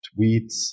tweets